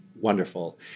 wonderful